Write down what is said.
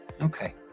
Okay